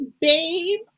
babe